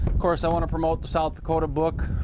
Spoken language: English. course i want to promote the south dakota book,